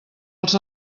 els